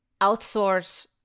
outsource